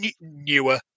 newer